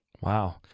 Wow